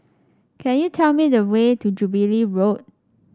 could you tell me the way to Jubilee Road